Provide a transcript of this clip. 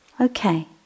Okay